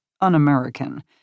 un-American